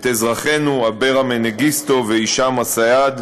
את אזרחינו אברה מנגיסטו והישאם א-סייד.